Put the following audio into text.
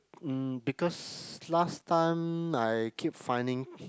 mm because last time I keep finding